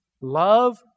love